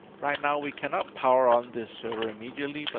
right now, we cannot power on the server immediately, but